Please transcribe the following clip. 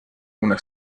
una